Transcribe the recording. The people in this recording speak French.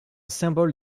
symbole